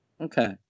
Okay